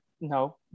no